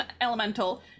elemental